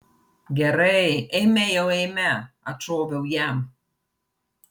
gerai eime jau eime atšoviau jam